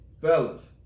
Fellas